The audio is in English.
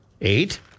Eight